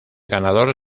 ganador